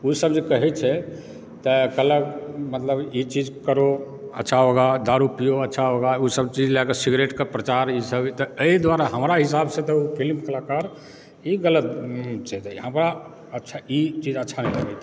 ओ सब जे कहै छै तऽ मतलब ई चीज करो अच्छा होगा दारू पिओ अच्छा होगा ओ सब चीज लए कऽ सिगरेटके प्रचार ई सब अभी तक एहि दुआरे हमरा हिसाबसंँ तऽ ओ फिल्म कलाकार ही गलत छथि हमरा अच्छा इ चीज अच्छा नहि लगैत अछि